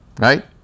right